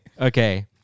Okay